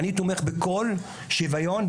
אני תומך בכל שוויון,